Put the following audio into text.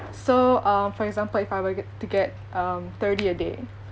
so um for example if I were ge~ to get um thirty a day